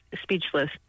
speechless